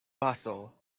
bustle